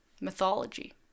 Mythology